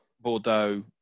Bordeaux